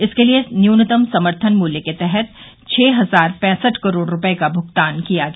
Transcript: इसके लिए न्यूनतम समर्थन मूल्य के तहत छह हजार पैंसठ करोड़ रुपए का भुगतान किया गया